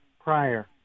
prior